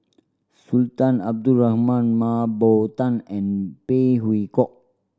Sultan Abdul Rahman Mah Bow Tan and Phey Yew Kok